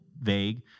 vague